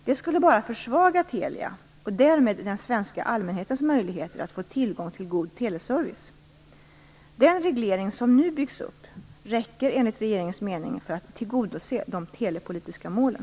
Det skulle bara försvaga Telia och därmed den svenska allmänhetens möjligheter att få tillgång till god teleservice. Den reglering som nu byggs upp räcker enligt regeringens mening för att tillgodose de telepolitiska målen.